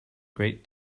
great